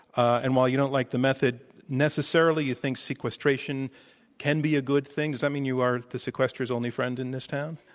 and while you don't like the method necessarily, you think sequestration can be a good thing. does that mean you are the sequester's only friend in this town?